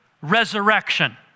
Resurrection